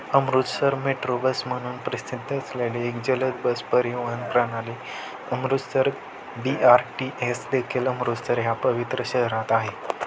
Amritsar metrobus म्हणून प्रसिद्ध असलेली एक जलद बस परिवहन प्रणाली Amritsar B R T S देखील अमृतसर ह्या पवित्र शहरात आहे